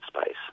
space